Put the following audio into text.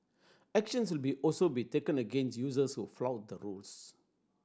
actions will be also be taken against users who flout the rules